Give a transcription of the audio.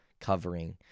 covering